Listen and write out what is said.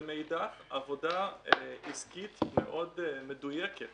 ומאידך עבודה עסקית מאוד מדויקת